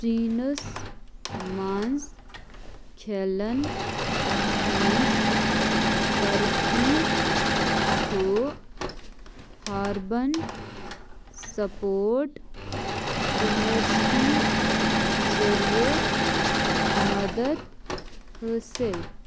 چیٖنَس منٛز کھیلَن ہٕنٛز ترقی چھُ ہاربن سپوٹ یوٗنیورسٹی ذٔریعہِ مدت حٲصِل